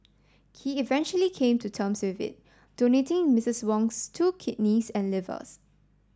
he eventually came to terms with it donating Misstress Wong's two kidneys and livers